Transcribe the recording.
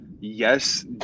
yes